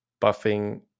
buffing